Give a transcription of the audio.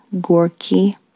Gorky